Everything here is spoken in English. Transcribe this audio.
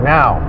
now